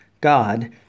God